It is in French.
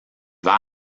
vers